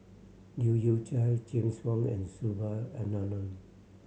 Leu Yew Chye James Wong and